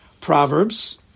Proverbs